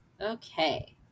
Okay